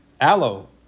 Aloe